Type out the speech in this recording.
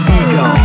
ego